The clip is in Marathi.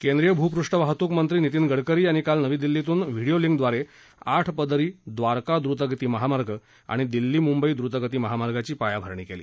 केंद्रीय भूपृष्ठ वाहतूकमंत्री नितीन गडकरी यांनी काल नवी दिल्लीतून व्हिडीओ लिंकद्वारे आठ पदरी द्वारका द्रतगती महामार्ग आणि दिल्ली मुंबई द्रतगती महामार्गाची पायाभरणी केली